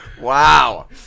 Wow